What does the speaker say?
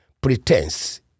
pretense